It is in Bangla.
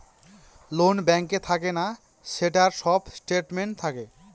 লোন ব্যাঙ্কে থাকে না, সেটার সব স্টেটমেন্ট থাকে